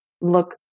look